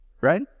Right